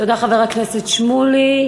תודה, חבר הכנסת שמולי.